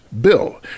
Bill